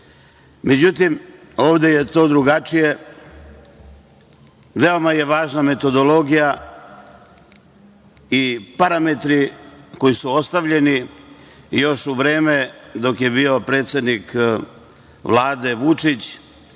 Međutim, ovde je to drugačije, veoma je važna metodologija i parametri koji su ostavljeni još u vreme dok je bio predsednik Vlade, Vučić,